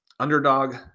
Underdog